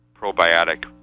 probiotic